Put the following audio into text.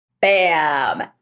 Bam